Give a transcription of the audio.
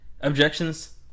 Objections